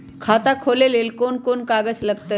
खाता खोले ले कौन कौन कागज लगतै?